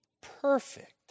perfect